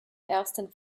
ersten